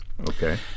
Okay